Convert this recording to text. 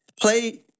Play